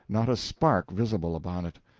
not a spark visible about it.